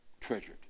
treasured